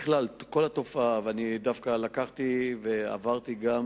בכלל, כל התופעה, ואני דווקא לקחתי ועברתי גם